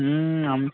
হুম আমি